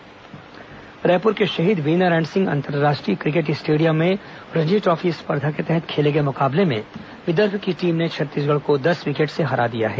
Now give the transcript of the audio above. Ranji trophy Raipur के शहीद वीरनारायण सिंह अंतर्राष्ट्रीय क्रिकेट स्टेडियम में रणजी ट्रॉफी स्पर्धा के तहत खेले गए मुकाबले में विदर्भ की टीम ने छत्तीसगढ़ को दस विकेट से हरा दिया है